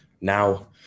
now